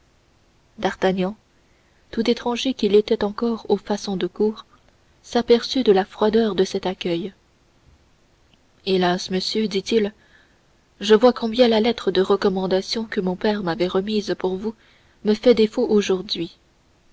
d'artagnan tout étranger qu'il fût encore aux façons de cour s'aperçut de la froideur de cet accueil hélas monsieur dit-il je vois combien la lettre de recommandation que mon père m'avait remise pour vous me fait défaut aujourd'hui